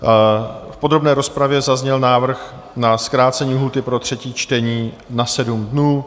V podrobné rozpravě zazněl návrh na zkrácení lhůty pro třetí čtení na 7 dnů.